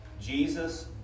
Jesus